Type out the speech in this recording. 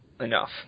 enough